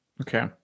Okay